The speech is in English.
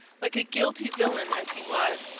like a guilty villain as he was,